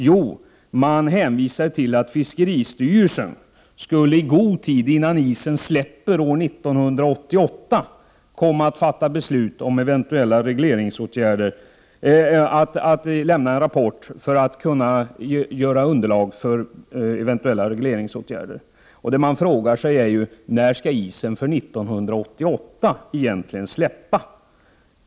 Jo, man hänvisade till att fiskeristyrelsen i god tid, innan isen släpper 1988, skulle lämna rapport för att kunna skapa underlag för eventuella regleringsåtgärder. Det man frågar sig är: När skall isen för 1988 egentligen släppa?